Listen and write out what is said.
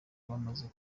bamaze